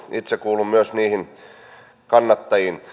itse kuulun myös niihin kannattajiin